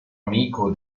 amico